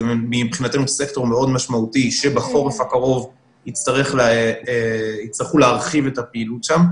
מבחינתנו סקטור מאוד משמעותי שבחורף הקרוב יצטרכו להרחיב את הפעילות שם,